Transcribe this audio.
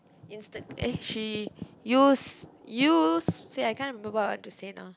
Instead she use use see I can't remember what I want to say now